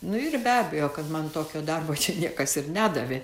nu ir be abejo kad man tokio darbo čia niekas ir nedavė